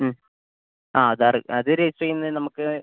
Aadhaar card register ചെയ്യുന്നതിന് നമുക്ക്